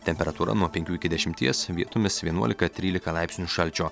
temperatūra nuo penkių iki dešimties vietomis vienuolika trylika laipsnių šalčio